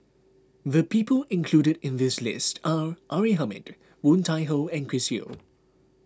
the people included in this list are R A Hamid Woon Tai Ho and Chris Yeo